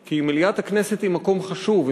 כי מליאת הכנסת היא מקום חשוב.